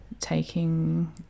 taking